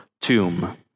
tomb